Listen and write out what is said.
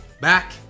back